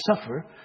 suffer